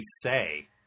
say